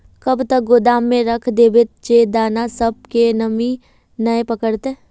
कब तक गोदाम में रख देबे जे दाना सब में नमी नय पकड़ते?